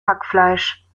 hackfleisch